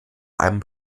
einem